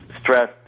stress